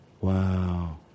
Wow